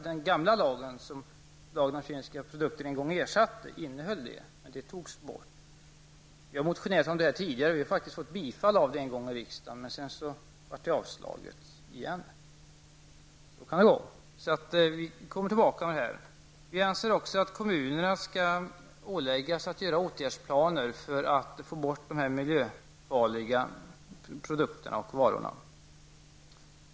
Den gamla lagen om kemiska produkter innehöll en sådan bestämmelse, men den togs bort. Vi har motionerat i denna fråga tidigare och faktiskt fått bifall till vårt förslag, men sedan blev detta ändrat igen. Så kan det gå, och därför kommer vi tillbaka i denna fråga. Vi anser också att kommunerna skall åläggas att upprätta åtgärdsplaner för att få bort de miljöfarliga produkterna och varorna.